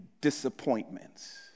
disappointments